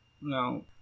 no